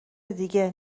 دیگه